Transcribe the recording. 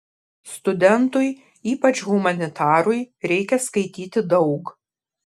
studentui ypač humanitarui reikia skaityti daug